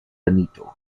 veneto